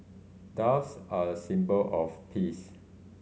doves are a symbol of peace